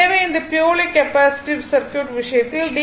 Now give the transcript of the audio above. எனவே இந்த purely capacitive circuit விஷயத்தில் டி